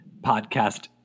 podcast